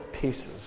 pieces